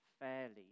fairly